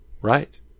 Right